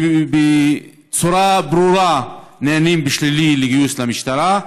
הם בצורה ברורה נענים בשלילה בגיוס למשטרה?